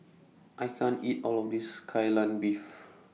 I can't eat All of This Kai Lan Beef